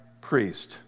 priest